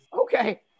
Okay